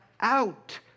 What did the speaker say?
out